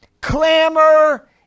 clamor